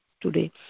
today